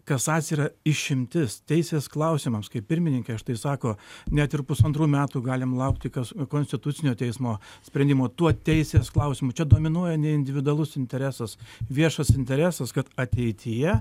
kasacija yra išimtis teisės klausimams kaip pirmininkė štai sako net ir pusantrų metų galim laukti kas konstitucinio teismo sprendimo tuo teisės klausimu čia dominuoja ne individualus interesas viešas interesas kad ateityje